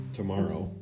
tomorrow